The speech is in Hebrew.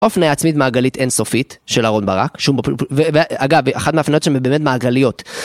הפניה עצמאית מעגלית אינסופית של אהרן ברק, שוב, ואגב, אחת מהפניות שם באמת מעגליות.